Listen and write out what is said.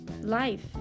life